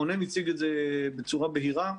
רונן הציג את זה בצורה בהירה,